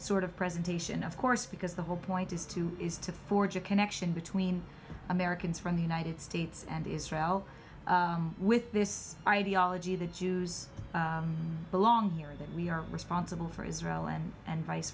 sort of presentation of course because the whole point is to is to forge a connection between americans from the united states and israel with this ideology that jews belong here that we are responsible for israel and and vice